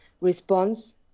response